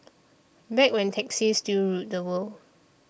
back when taxis still ruled the world